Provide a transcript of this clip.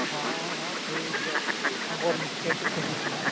ᱦᱮᱸ ᱦᱮᱸ ᱴᱷᱤᱠ ᱜᱮᱭᱟ ᱱᱚᱢᱵᱚᱨ ᱞᱤᱧ ᱴᱷᱤᱠᱟᱹ ᱠᱮᱫ ᱛᱟᱹᱵᱤᱱᱟ ᱦᱟᱸᱜ